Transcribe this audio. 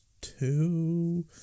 two